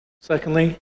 Secondly